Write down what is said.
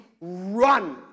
run